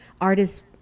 artists